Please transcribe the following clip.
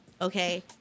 Okay